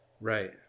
Right